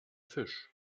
fisch